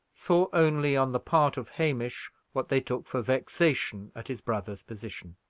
saw only, on the part of hamish, what they took for vexation at his brother's position.